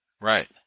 Right